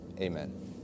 Amen